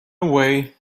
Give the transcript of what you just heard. way